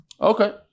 Okay